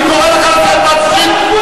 אני קורא אותך לסדר פעם שלישית.